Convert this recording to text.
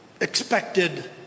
expected